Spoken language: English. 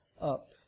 Up